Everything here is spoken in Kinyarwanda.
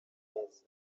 neza